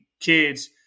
kids